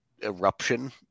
eruption